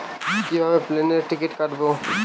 কিভাবে প্লেনের টিকিট কাটব?